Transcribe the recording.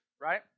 right